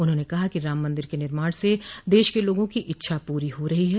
उन्होंने कहा कि राम मन्दिर के निर्माण से देश के लोगों की इच्छा पूरी हो रही है